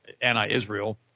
anti-Israel